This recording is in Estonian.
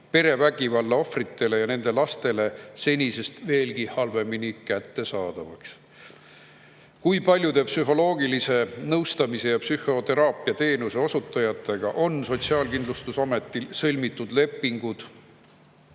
perevägivalla ohvritele ja nende lastele senisest veelgi halvemini kättesaadavaks? Kui paljude psühholoogilise nõustamise ja psühhoteraapia teenuse osutajatega on Sotsiaalkindlustusametil sõlmitud lepingud